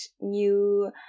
new